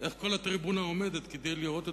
איך כל הטריבונה עומדת כדי לראות את